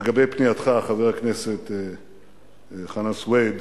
לגבי פנייתך, חבר הכנסת חנא סוייד: